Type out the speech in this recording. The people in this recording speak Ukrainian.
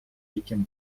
яким